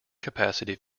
capacity